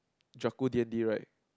D-and-D right